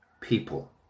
people